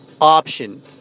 option